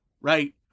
right